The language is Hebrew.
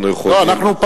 אנחנו יכולים,